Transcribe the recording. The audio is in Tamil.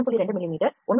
2 மிமீ 1